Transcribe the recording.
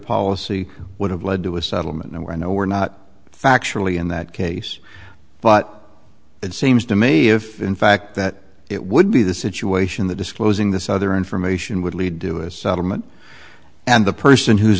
policy would have led to a settlement where i know we're not factually in that case but it seems to me if in fact that it would be the situation the disclosing this other information would lead to a settlement and the person who